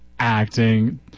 Acting